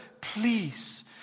please